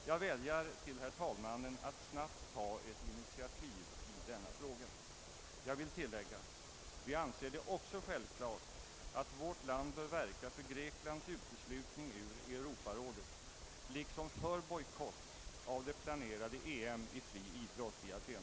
Jag vädjar till herr talmannen att snabbt ta ett initiativ i denna fråga. Jag vill tillägga att vi också anser det självklart att vårt land bör verka för Greklands uteslutning ur Europarådet liksom för bojkott av det planerade EM i fri idrott i Aten.